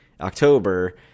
October